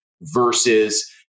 versus